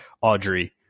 Audrey